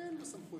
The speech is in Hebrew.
כי אין לו סמכויות.